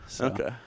Okay